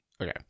Okay